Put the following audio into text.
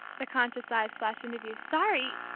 the conscious eyes flashed into view. sorry!